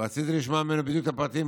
ורציתי לשמוע ממנו בדיוק את הפרטים,